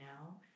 now